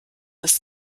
ist